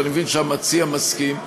ואני מבין שהמציע מסכים,